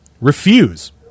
refuse